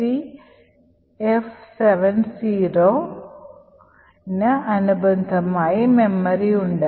FFFFCF70ന് അനുബന്ധമായുള്ള മെമ്മറി ഇവിടെയുണ്ട്